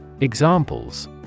Examples